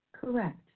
Correct